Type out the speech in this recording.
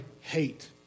hate